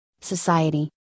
Society